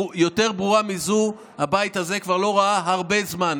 יותר ברורה מזו הבית הזה כבר לא ראה הרבה זמן,